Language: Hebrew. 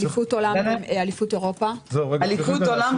אליפות עולם ואליפות אירופה צריכות להיות